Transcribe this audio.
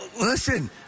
listen